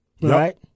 right